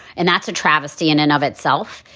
and that's a travesty in and of itself.